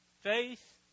faith